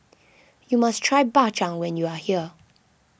you must try Bak Chang when you are here